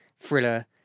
thriller